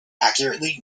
accurately